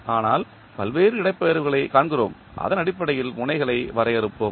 ஆனால் பல்வேறு இடப்பெயர்வுகளைக் காண்கிறோம் அதன் அடிப்படையில் முனைகளை வரையறுப்போம்